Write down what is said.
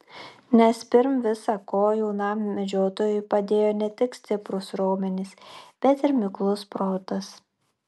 nes pirm visa ko jaunam medžiotojui padėjo ne tik stiprūs raumenys bet ir miklus protas